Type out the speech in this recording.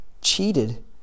cheated